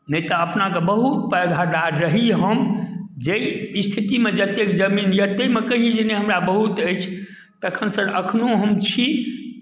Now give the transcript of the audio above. नहि तऽ अपनाके बहुत पौधादार रही हम जाहि स्थितिमे जतेक जमीन यए ताहिमे कही नहि हमरा बहुत अछि तखनसँ एखनहु हम छी